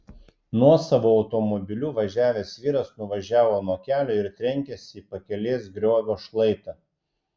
nuosavu automobiliu važiavęs vyras nuvažiavo nuo kelio ir trenkėsi į pakelės griovio šlaitą